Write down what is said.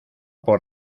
por